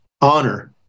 Honor